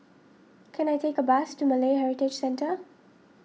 can I take a bus to Malay Heritage Centre